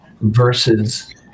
versus